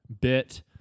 bit